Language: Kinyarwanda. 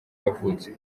yavutse